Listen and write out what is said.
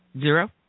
Zero